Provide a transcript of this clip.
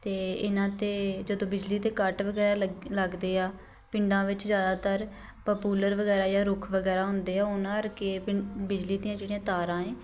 ਅਤੇ ਇਹਨਾਂ 'ਤੇ ਜਦੋਂ ਬਿਜਲੀ ਦੇ ਕੱਟ ਵਗੈਰਾ ਲੱਗ ਲੱਗਦੇ ਆ ਪਿੰਡਾਂ ਵਿੱਚ ਜ਼ਿਆਦਾਤਰ ਪਪੂਲਰ ਵਗੈਰਾ ਜਾਂ ਰੁੱਖ ਵਗੈਰਾ ਹੁੰਦੇ ਆ ਉਹਨਾਂ ਕਰਕੇ ਪਿੰ ਬਿਜਲੀ ਦੀਆਂ ਜਿਹੜੀਆਂ ਤਾਰਾਂ ਏਂ